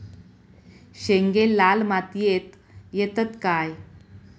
शेंगे लाल मातीयेत येतत काय?